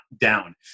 down